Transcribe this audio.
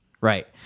right